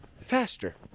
faster